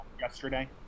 yesterday